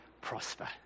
prosper